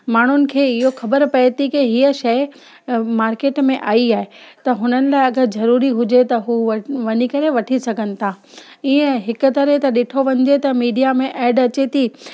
माण्हुनि खे इहो ख़बरु पए थी की हीअ शइ मार्केट में आई आहे त हुननि लाइ अगरि ज़रूरी हुजे हू व वञी करे वठी सघनि था इअं हिकु तरह त ॾिठो वञिजे त मीडिया में एड अचे थी